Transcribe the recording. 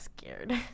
scared